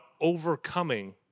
overcoming